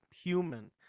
human